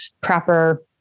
proper